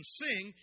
sing